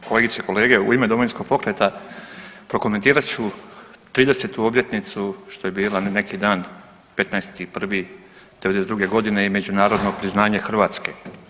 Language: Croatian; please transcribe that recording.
Kolegice i kolege u ime Domovinskog pokreta prokomentirat ću 30. obljetnicu što je bila neki dan 15.1.'92. godine i međunarodno priznanje Hrvatske.